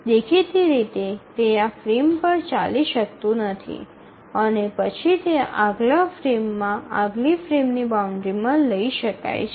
દેખીતી રીતે તે આ ફ્રેમ પર ચાલી શકતું નથી અને પછી તે આગલા ફ્રેમમાં આગલી ફ્રેમની બાઉન્ડ્રીમાં લઈ શકાય છે